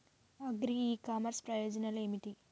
Agri e commerce ప్రయోజనాలు ఏమిటి?